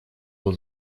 был